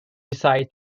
decides